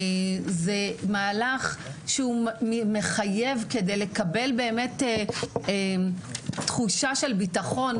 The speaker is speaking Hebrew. זה מהלך שהוא מחייב כדי לקבל באמת תחושה של ביטחון